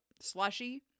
slushy